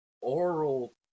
oral